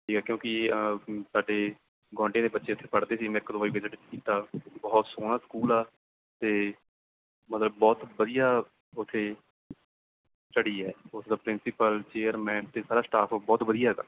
ਕਿਉਂਕਿ ਸਾਡੇ ਗੁਆਂਢੀਆਂ ਦੇ ਬੱਚੇ ਇੱਥੇ ਪੜਦੇ ਸੀ ਮੈ ਇਕ ਦੋ ਵਾਰ ਵਿਜਿਟ ਕੀਤਾ ਬਹੁਤ ਸੋਹਣਾ ਸਕੂਲ ਆ ਅਤੇ ਮਤਲਬ ਬਹੁਤ ਵਧੀਆ ਉੱਥੇ ਸਟੱਡੀ ਆ ਪ੍ਰਿੰਸੀਪਲ ਚੇਅਰਮੈਨ ਅਤੇ ਸਾਰਾ ਸਟਾਫ ਬਹੁਤ ਵਧੀਆ